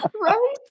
Right